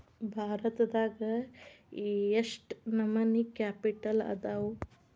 ಭಾರತದಾಗ ಯೆಷ್ಟ್ ನಮನಿ ಕ್ಯಾಪಿಟಲ್ ಅದಾವು?